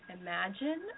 imagine